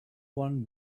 one